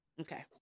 Okay